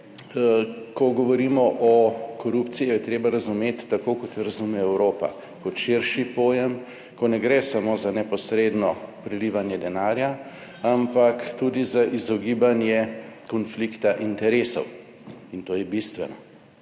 ko govorimo o korupciji jo je treba razumeti tako kot jo razume Evropa, kot širši pojem, ko ne gre samo za neposredno prelivanje denarja, ampak tudi za izogibanje konflikta interesov. In to je bistveno.